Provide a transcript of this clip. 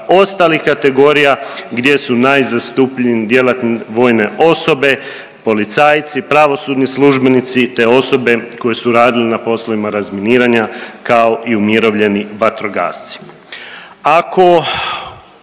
ostalih kategorija gdje su najzastupljeni djelatne vojne osobe, policajci, pravosudni službenici te osobe koje su radile na poslovima razminiranja kao i umirovljeni vatrogasci.